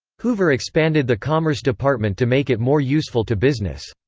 hoover expanded the commerce department to make it more useful to business.